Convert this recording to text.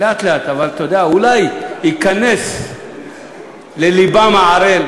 לאט-לאט, אבל אולי ייכנס ללבה הערל